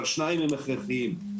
אבל שניים הם הכרחיים.